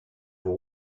vous